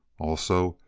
also,